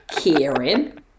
Karen